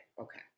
Okay